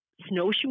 snowshoe